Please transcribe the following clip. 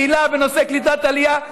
פעילה בנושא קליטת עלייה,